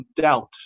doubt